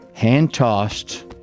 Hand-tossed